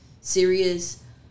serious